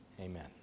Amen